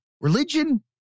religion